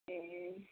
ए